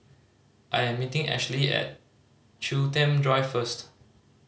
I'm meeting Ashley at Chiltern Drive first